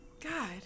God